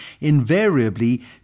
invariably